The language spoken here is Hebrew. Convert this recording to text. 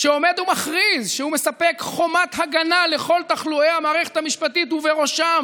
עומד ומכריז שהוא מספק חומת הגנה לכל תחלואי המערכת המשפטית ובראשם